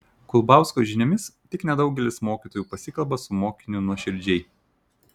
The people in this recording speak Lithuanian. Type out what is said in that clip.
kulbausko žiniomis tik nedaugelis mokytojų pasikalba su mokiniu nuoširdžiai